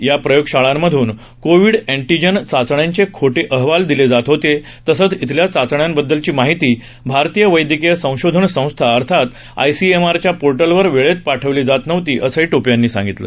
या प्रयोगशाळांमधून covid antigen चाचण्यांचे खोटे अहवाल दिले जात होते तसंच इथल्या चाचण्यांबददलची माहिती भारतीय वैद्यकीय संशोधन संस्था अर्थात आयसीएमआरच्या पोर्टलवर वेळेत पाठवली जात नव्हती असं टोपे यांनी सांगितलं